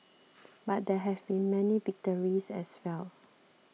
but there have been many victories as well